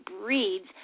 breeds